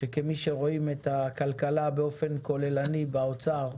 כמי שרואים את הכלכלה באופן כולל באוצר,